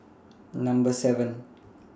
seven